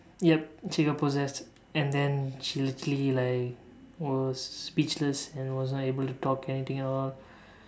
yup she got possessed and then she literally like was speechless and was unable to talk anything at all